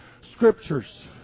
scriptures